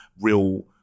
real